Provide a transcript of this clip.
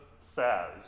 says